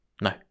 No